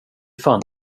fan